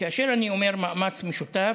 כאשר אני אומר מאמץ משותף,